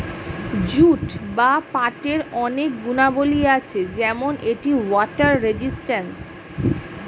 jute বা পাটের অনেক গুণাবলী আছে যেমন এটি ওয়াটার রেজিস্ট্যান্স